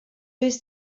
ist